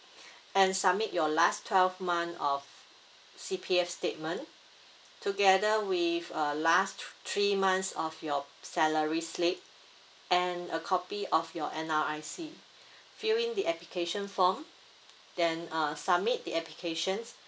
and submit your last twelve month of C_P_F statement together with uh last t~ three months of your salary slip and a copy of your N_R_I_C fill in the application form then uh submit the applications